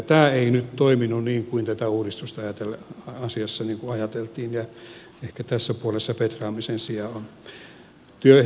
tämä ei nyt toiminut niin kuin tätä uudistusta ajettaessa asiassa ajateltiin ja ehkä tässä puolessa petraamisen sijaa on